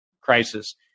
crisis